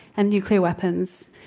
and nuclear weapons,